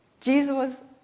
Jesus